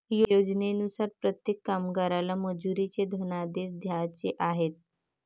योजनेनुसार प्रत्येक कामगाराला मजुरीचे धनादेश द्यायचे आहेत